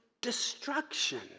destruction